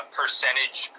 percentage